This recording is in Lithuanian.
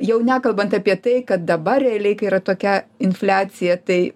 jau nekalbant apie tai kad dabar realiai kai yra tokia infliacija tai